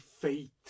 fate